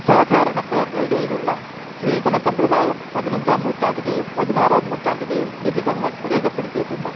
സാധാരണക്കാരുടെ ഇടയിലുള്ള സ്ത്രീധനസമ്പ്രദായം പതിനഞ്ചാം നൂറ്റാണ്ടിലെയും പതിനാറാം നൂറ്റാണ്ടിലെയും ലിഖിതങ്ങൾ രേഖപ്പെടുത്തിയിട്ടുണ്ട്